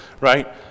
right